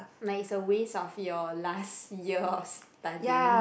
like it's a waste of your last year of studying